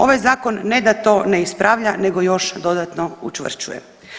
Ovaj Zakon ne da to ne ispravlja nego još dodatno učvršćuje.